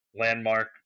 landmark